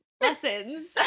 lessons